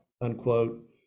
unquote